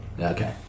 Okay